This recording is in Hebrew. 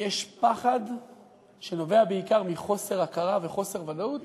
יש פחד שנובע בעיקר מחוסר הכרה וחוסר ודאות